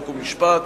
חוק ומשפט.